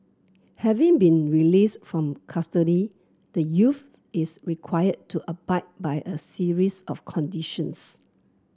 having been released from custody the youth is required to abide by a series of conditions